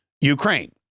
Ukraine